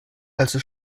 also